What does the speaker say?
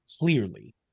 clearly